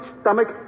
stomach